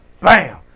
bam